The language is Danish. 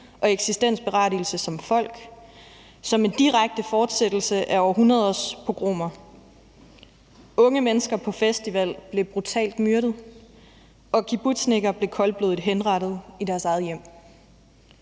og eksistensberettigelse som folk som en direkte fortsættelse af århundreders pogromer. Unge mennesker på festival blev brutalt myrdet, og kibbutznikker blev koldblodigt henrettet i deres eget hjem.